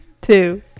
two